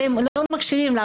אתם לא מקשיבים.